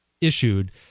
issued